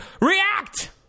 React